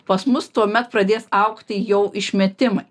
pas mus tuomet pradės augti jau išmetimai